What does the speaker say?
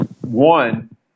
One